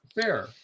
Fair